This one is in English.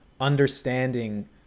understanding